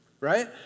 Right